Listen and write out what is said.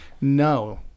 no